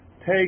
take